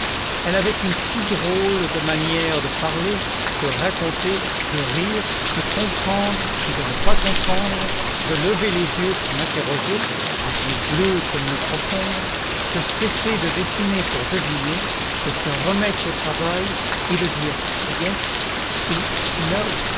elle avait une si drôle de manière de parler de raconter de rire de comprendre et de ne pas comprendre de lever les yeux pour m'interroger des yeux bleus comme l'eau profonde de cesser de dessiner pour deviner de se remettre au travail et de dire yes ou nô